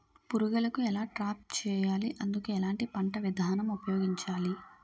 పురుగులను ఎలా ట్రాప్ చేయాలి? అందుకు ఎలాంటి పంట విధానం ఉపయోగించాలీ?